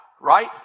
right